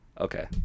Okay